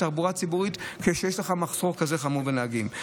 תחבורה ציבורית כשיש לך מחסור כזה חמור בנהגים.